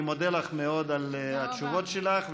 אני מודה לך מאוד על התשובות שלך,